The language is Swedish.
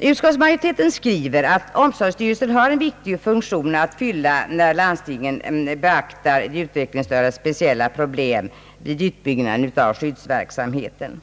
Utskottsmajoriteten skriver, att omsorgsstyrelsen har en viktig funktion att fylla, när landstingen beaktar de utvecklingsstördas speciella problem vid utbyggnaden av den skyddade verksamheten.